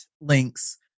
links